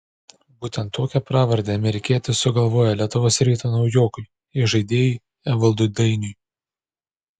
būtent tokią pravardę amerikietis sugalvojo lietuvos ryto naujokui įžaidėjui evaldui dainiui